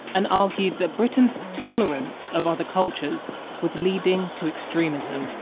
and argued that britain's tolerance of other cultures was leading to extremism.